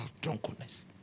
drunkenness